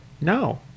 No